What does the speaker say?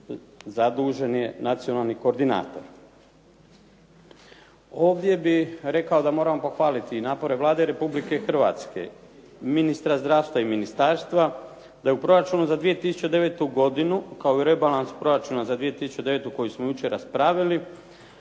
zadužen je nacionalni koordinator. Ovdje bih rekao da moramo pohvaliti i napore Vlada Republike Hrvatske, ministra zdravstva i ministarstva da je u proračunu za 2009. godinu kao i u rebalansu proračuna za 2009. koji smo jučer raspravili,